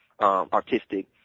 artistic